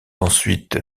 ensuite